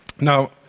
Now